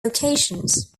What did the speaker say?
locations